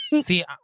see